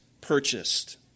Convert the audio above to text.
purchased